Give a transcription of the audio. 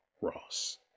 ross